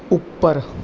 ਉੱਪਰ